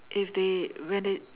if they when they